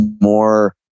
more